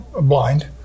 blind